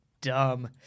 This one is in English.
Dumb